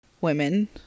women